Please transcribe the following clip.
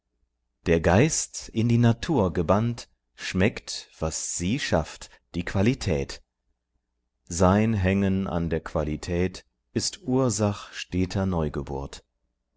der geist in die natur gebannt schmeckt was sie schafft die qualität sein hängen an der qualität ist ursach steter neugeburt